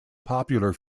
popular